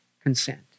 consent